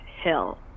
hill